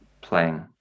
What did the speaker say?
playing